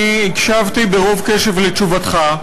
אני הקשבתי ברוב קשב לתשובתך,